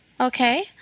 Okay